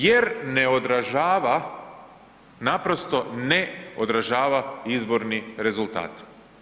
Jer ne odražava naprosto ne odražava izborni rezultat.